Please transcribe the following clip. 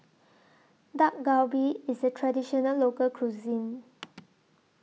Dak Galbi IS A Traditional Local Cuisine